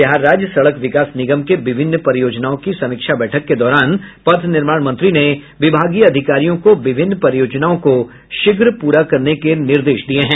बिहार राज्य सड़क विकास निगम के विभिन्न परियोजनाओं की समीक्षा बैठक के दौरान पथ निर्माण मंत्री ने विभागीय अधिकारियों को विभिन्न परियोजनाओं को शीघ्र पूरा करने को निर्देश दिये हैं